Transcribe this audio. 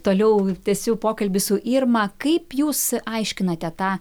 toliau tęsiu pokalbį su irma kaip jūs aiškinate tą